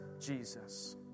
Jesus